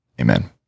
Amen